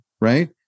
right